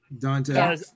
Dante